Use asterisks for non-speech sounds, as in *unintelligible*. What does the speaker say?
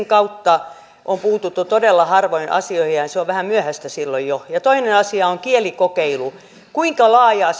*unintelligible* kautta on puututtu todella harvoihin asioihin ja se on vähän myöhäistä silloin jo toinen asia on kielikokeilu kuinka laajaa *unintelligible*